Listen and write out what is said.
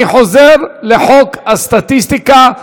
אני חוזר לחוק הסטטיסטיקה,